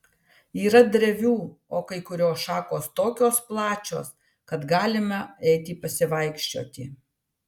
yra drevių o kai kurios šakos tokios plačios kad galima eiti pasivaikščioti